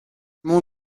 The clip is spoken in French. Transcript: mon